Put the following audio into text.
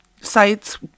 sites